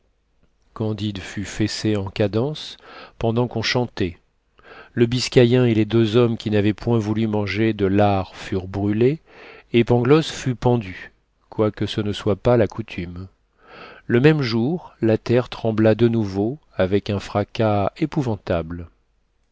candide fut fessé en cadence pendant qu'on chantait le biscayen et les deux hommes qui n'avaient point voulu manger de lard furent brûlés et pangloss fut pendu quoique ce ne soit pas la coutume le même jour la terre trembla de nouveau avec un fracas épouvantable